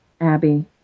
Abby